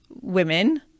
women